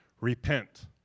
Repent